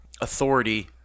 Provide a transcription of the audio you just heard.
authority